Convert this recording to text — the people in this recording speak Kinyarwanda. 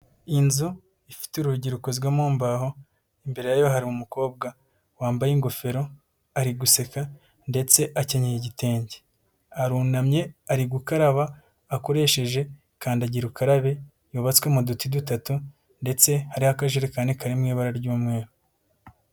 Inzu ifite urugi rukozwe mu mbaho, imbere yayo hari umukobwa wambaye ingofero ari guseka ndetse akenyeye igitenge, arunamye ari gukaraba akoresheje kandagira ukarabe yubatswe mu duti dutatu ndetse hariho akajerekani kari mu ibara ry'umweru.